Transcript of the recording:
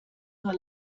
nur